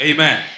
Amen